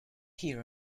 hear